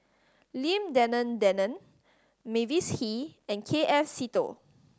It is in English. Lim Denan Denon Mavis Hee and K F Seetoh